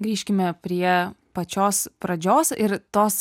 grįžkime prie pačios pradžios ir tos